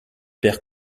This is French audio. père